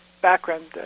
background